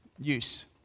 use